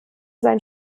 sein